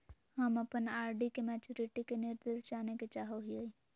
हम अप्पन आर.डी के मैचुरीटी के निर्देश जाने के चाहो हिअइ